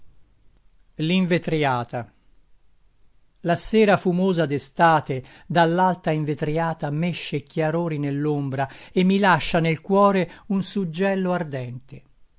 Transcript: l'invetriata la sera fumosa d'estate dall'alta invetriata mesce chiarori nell'ombra e mi lascia nel cuore un suggello ardente